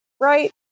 right